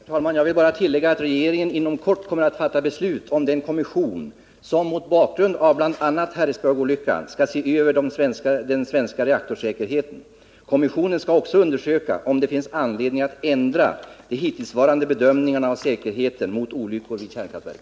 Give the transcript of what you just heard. Herr talman! Jag vill bara tillägga att regeringen inom kort kommer att fatta beslut om den kommission som mot bakgrund av bl.a. Harrisburgsolyckan skall se över den svenska reaktorsäkerheten. Kommissionen skall också undersöka om det finns anledning att ändra de hittillsvarande bedömningarna av säkerheten och olycksriskerna vid kärnkraftverk.